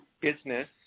business